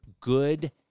good